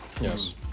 Yes